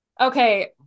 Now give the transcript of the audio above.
okay